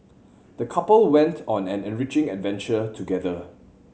the couple went on an enriching adventure together